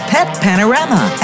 PetPanorama